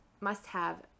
must-have